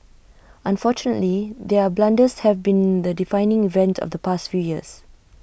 unfortunately their blunders have been the defining event of the past few years